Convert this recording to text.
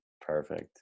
Perfect